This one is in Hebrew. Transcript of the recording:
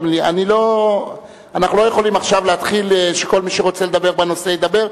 אנחנו לא יכולים עכשיו להתחיל שכל מי שרוצה לדבר בנושא ידבר,